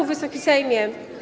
Wysoki Sejmie!